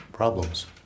problems